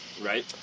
right